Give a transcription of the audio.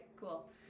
cool